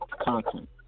content